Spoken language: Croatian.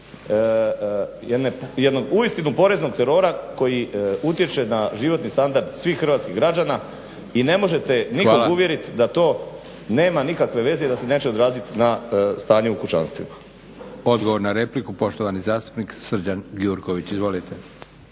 uistinu poreznog terora koji utječe na životni standard svih hrvatskih građana i ne možete nikog uvjerit da to nema nikakve veze i da se neće odraziti na stanje u kućanstvima. **Leko, Josip (SDP)** Odgovor na repliku, poštovani zastupnik Srđan Gjurković. Izvolite.